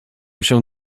się